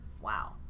Wow